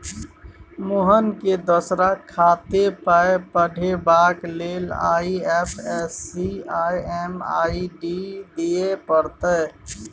मोहनकेँ दोसराक खातामे पाय पठेबाक लेल आई.एफ.एस.सी आ एम.एम.आई.डी दिअ पड़तै